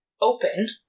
open